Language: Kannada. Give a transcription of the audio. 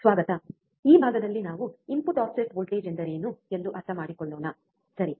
ಸ್ವಾಗತ ಈ ಭಾಗದಲ್ಲಿ ನಾವು ಇನ್ಪುಟ್ ಆಫ್ಸೆಟ್ ವೋಲ್ಟೇಜ್ ಎಂದರೇನು ಎಂದು ಅರ್ಥಮಾಡಿಕೊಳ್ಳೋಣ ಸರಿ